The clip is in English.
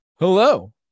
Hello